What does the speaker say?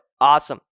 Awesome